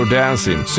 dancing